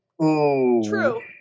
true